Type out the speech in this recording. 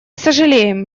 сожалеем